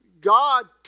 God